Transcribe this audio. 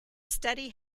study